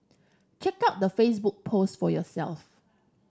check out the Facebook post for yourself